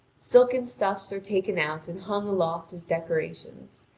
silken stuffs are taken out and hung aloft as decorations,